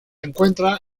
encuentra